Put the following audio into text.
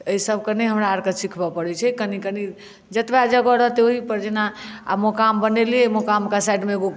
एहिसब के नहि हमरा आरके सिखबय परै छै कनी कनी जतबा जगह रहतै ओहि पर जेना आब मकान बनेलियै मकान के साइडमे एगो